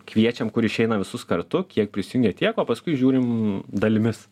kviečiam kur išeina visus kartu kiek prisijungia tiek o paskui žiūrim dalimis